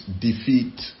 defeat